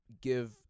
give